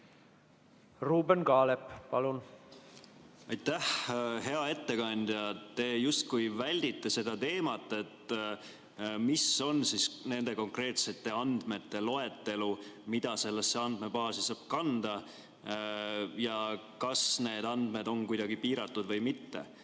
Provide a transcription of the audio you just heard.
Ruuben Kaalep, palun! Aitäh! Hea ettekandja, te justkui väldite seda teemat, mis on siis nende konkreetsete andmete loetelu, mida sellesse andmebaasi saab kanda, ja kas need andmed on kuidagi piiratud või mitte.